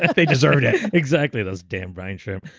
they deserved it exactly. those damn brine shrimp.